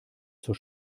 zur